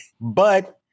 But-